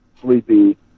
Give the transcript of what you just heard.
sleepy